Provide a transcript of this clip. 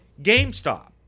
GameStop